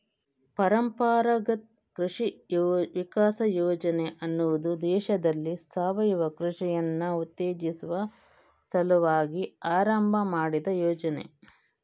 ಪರಂಪರಾಗತ್ ಕೃಷಿ ವಿಕಾಸ ಯೋಜನೆ ಅನ್ನುದು ದೇಶದಲ್ಲಿ ಸಾವಯವ ಕೃಷಿಯನ್ನ ಉತ್ತೇಜಿಸುವ ಸಲುವಾಗಿ ಆರಂಭ ಮಾಡಿದ ಯೋಜನೆ